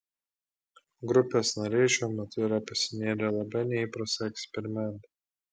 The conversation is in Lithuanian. grupės nariai šiuo metu yra pasinėrę į labai neįprastą eksperimentą